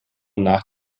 nach